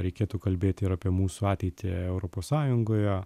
reikėtų kalbėti ir apie mūsų ateitį europos sąjungoje